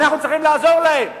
אנחנו צריכים לעזור להם.